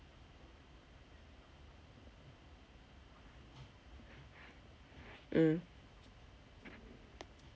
mm